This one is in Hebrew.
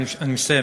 אני מסיים,